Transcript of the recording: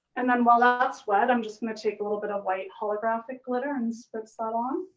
and then while ah that's wet, i'm just gonna take a little bit of white holographic glitter and spritz that on